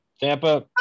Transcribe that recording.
Tampa